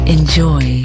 Enjoy